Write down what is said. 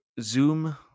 Zoom